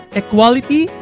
equality